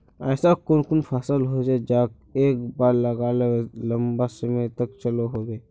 ऐसा कुन कुन फसल होचे जहाक एक बार लगाले लंबा समय तक चलो होबे?